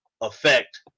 effect